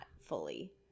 fully